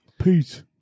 Peace